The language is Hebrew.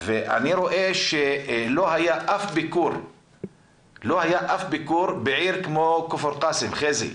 אני רואה שלא היה אף ביקור בעיר כמו כפר קאסם,